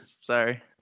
Sorry